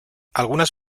algunas